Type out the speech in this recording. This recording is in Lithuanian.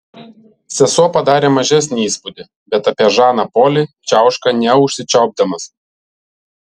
sesuo padarė mažesnį įspūdį bet apie žaną polį čiauška neužsičiaupdamas